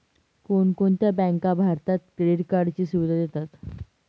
कोणकोणत्या बँका भारतात क्रेडिट कार्डची सुविधा देतात?